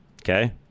Okay